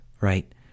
right